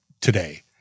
today